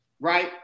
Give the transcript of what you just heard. right